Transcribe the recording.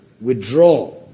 Withdraw